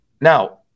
Now